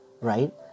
Right